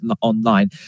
online